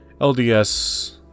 LDS